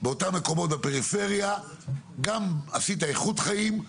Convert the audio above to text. באותם מקומות בפריפריה, גם עשית איכות חיים,